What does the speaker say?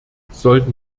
sollten